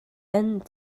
end